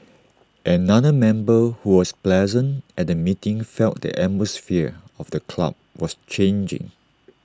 another member who was present at the meeting felt the atmosphere of the club was changing